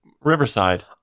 Riverside